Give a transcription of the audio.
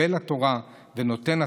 מקבל התורה ונותן התורה,